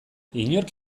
inork